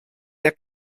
der